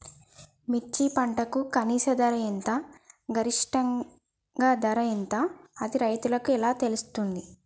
మిర్చి పంటకు కనీస ధర ఎంత గరిష్టంగా ధర ఎంత అది రైతులకు ఎలా తెలుస్తది?